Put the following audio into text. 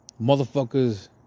motherfuckers